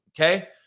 Okay